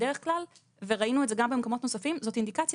בדרך כלל - וראינו את זה גם במקומות נוספים - זאת אינדיקציה